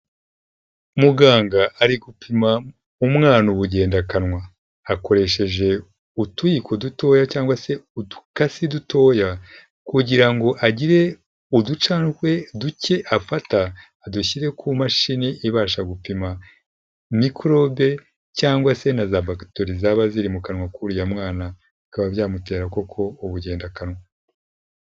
Muganga ari gupima umwana ubugendakanwa, hakoresheje utuyiko dutoya cg se udukasi dutoya kugira ngo agire uducandwe duke afata adushyire ku mashini ibasha gupima mikorobe cyangwa se na za bagiteri zaba ziri mu kanwa k'uriya mwana, bikaba byamutera koko ubugenda akanwa.